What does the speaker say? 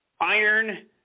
iron